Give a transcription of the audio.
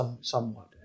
somewhat